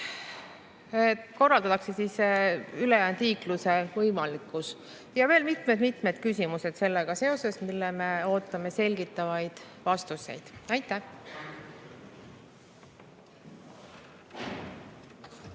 korraldatakse ülejäänud liikluse võimalikkus. On veel mitmed-mitmed küsimused sellega seoses. Me ootame neile selgitavaid vastuseid. Aitäh!